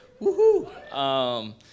woohoo